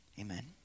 Amen